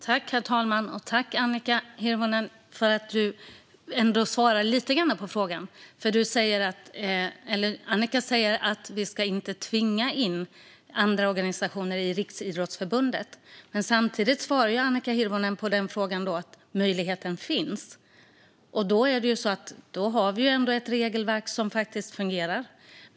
Herr talman! Jag tackar Annika Hirvonen för att hon ändå svarar lite grann på frågan. Hon säger att vi inte ska tvinga in andra organisationer i Riksidrottsförbundet. Samtidigt svarar Annika Hirvonen att möjligheten finns. Då är det ju ändå så att vi har ett regelverk som fungerar.